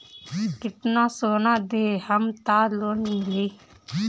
कितना सोना देहम त लोन मिली?